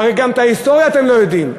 והרי גם את ההיסטוריה אתם לא יודעים,